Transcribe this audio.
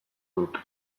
dut